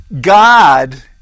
God